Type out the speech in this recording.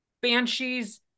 Banshees